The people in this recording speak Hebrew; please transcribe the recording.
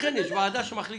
לכן יש ועדה שמחליטה.